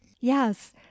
yes